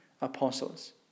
apostles